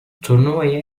turnuvayı